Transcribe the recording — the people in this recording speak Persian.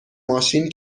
ماشین